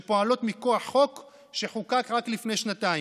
שפועלות מכוח חוק שחוקק רק לפני שנתיים.